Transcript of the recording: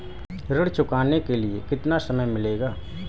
ऋण चुकाने के लिए कितना समय मिलेगा?